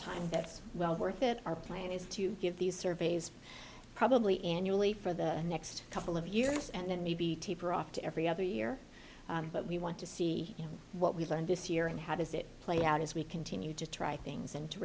time that's well worth it our plan is to give these surveys probably annually for the next couple of years and maybe taper off to every other year but we want to see you know what we've learned this year and how does it play out as we continue to try things and to